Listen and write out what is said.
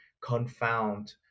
confound